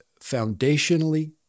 foundationally